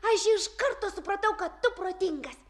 aš iš karto supratau kad tu protingas